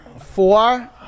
four